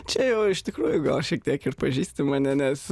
čia jau iš tikrųjų gal šiek tiek ir pažįsti mane nes